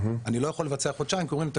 אני לא יכול לבצע בחודשיים כי אומרים לי: